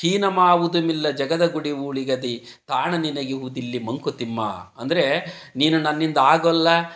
ಹೀನಮಾವುದುಮಿಲ್ಲ ಜಗದ ಗುಡಿಯೂಳಿಗದಿ ತಾಣ ನೆನಗಿಹುದಿಲ್ಲಿ ಮಂಕುತಿಮ್ಮ ಅಂದರೆ ನೀನು ನನ್ನಿಂದ ಆಗೋಲ್ಲ